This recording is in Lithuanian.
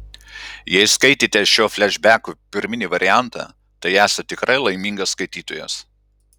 jei skaitėte šio flešbeko pirminį variantą tai esat tikrai laimingas skaitytojas